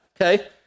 okay